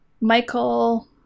Michael